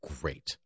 great